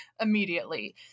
immediately